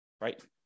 right